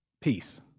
peace